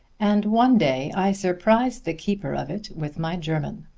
and one day i surprised the keeper of it with my german.